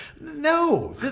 no